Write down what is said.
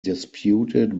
disputed